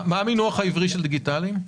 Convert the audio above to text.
מה המינוח העברי של "דיגיטליים"?